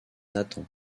nathan